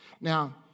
Now